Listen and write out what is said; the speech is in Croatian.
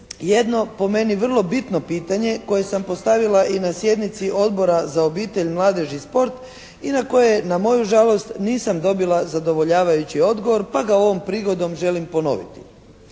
jedno po meni vrlo bitno pitanje koje sam postavila i na sjednici Odbora za obitelj, mladež i sport i na koje na moju žalost nisam dobila zadovoljavajući odgovor pa ga ovom prigodom želim ponoviti.